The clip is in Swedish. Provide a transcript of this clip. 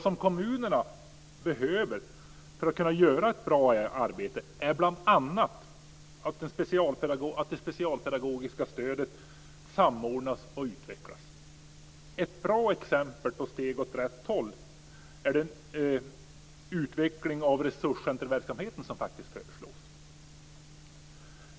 Det kommunerna behöver för att göra ett bra arbete är bl.a. att det specialpedagogiska stödet samordnas och utvecklas. Ett bra exempel på steg åt rätt håll är den utveckling av resurscentrumverksamheten som faktiskt föreslås.